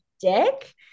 dick